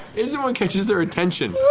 isn't what catches their attention.